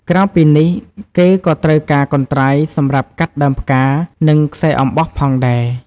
ក្រៅពីនេះ គេក៏ត្រូវការកន្ត្រៃសម្រាប់កាត់ដើមផ្កា និងខ្សែអំបោះផងដែរ។